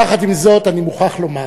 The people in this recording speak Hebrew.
יחד זאת אני מוכרח לומר